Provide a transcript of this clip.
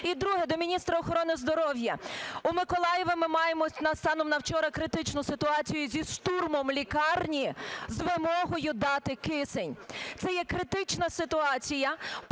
І друге. До міністра охорони здоров'я, у Миколаєві ми маємо станом на вчора критичну ситуацію зі штурмом лікарні з вимогою дати кисень, це є критична ситуація.